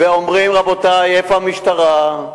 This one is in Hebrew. ואומרים: רבותי, איפה המשטרה?